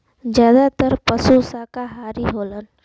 जादातर पसु साकाहारी होलन